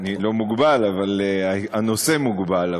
אני לא מוגבל, אבל הנושא מוגבל.